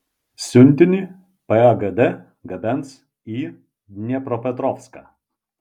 siuntinį pagd gabens į dniepropetrovską